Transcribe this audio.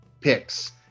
picks